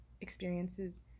experiences